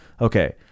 okay